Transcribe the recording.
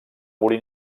morir